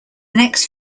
next